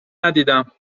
ندیدم